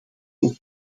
ook